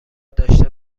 داشته